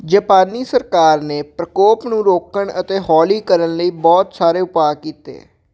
ਜਾਪਾਨੀ ਸਰਕਾਰ ਨੇ ਪ੍ਰਕੋਪ ਨੂੰ ਰੋਕਣ ਅਤੇ ਹੌਲੀ ਕਰਨ ਲਈ ਬਹੁਤ ਸਾਰੇ ਉਪਾਅ ਕੀਤੇ